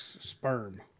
sperm